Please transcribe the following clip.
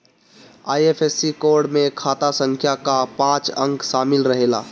IFSC code में खाता संख्या कअ पांच अंक शामिल रहेला